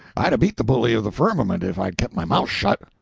i'd a beat the bully of the firmament if i'd kept my mouth shut.